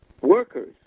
workers